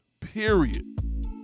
period